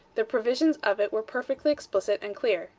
the provisions of it were perfectly explicit and clear.